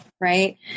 Right